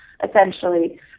Essentially